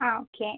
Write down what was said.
ആ ഓക്കെ